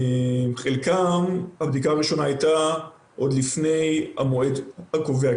ואצל חלקם הבדיקה הראשונה הייתה עוד לפני המועד הקובע,